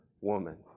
woman